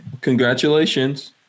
Congratulations